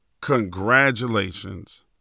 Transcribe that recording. Congratulations